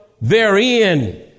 therein